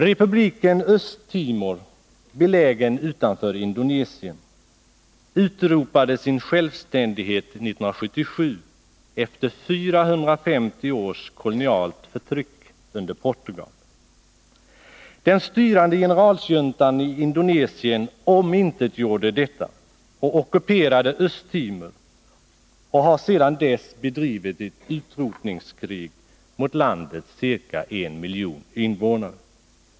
Republiken Östtimor, belägen utanför Indonesien, utropade sin självständighet 1977 efter 450 års kolonialt förtryck under Portugal. Den styrande generalsjuntan i Indonesien omintetgjorde detta och ockuperade Östtimor och har sedan dess bedrivit ett utrotningskrig mot landets ca 1 miljon invånare.